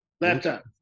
Laptop